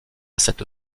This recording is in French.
cette